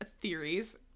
theories